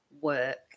work